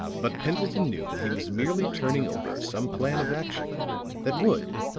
but pendleton knew that he was merely turning over some plan of action that would,